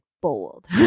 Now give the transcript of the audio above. bold